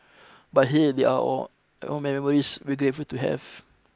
but hey they are all all memories we're grateful to have